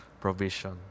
provision